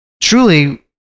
truly